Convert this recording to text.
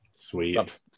sweet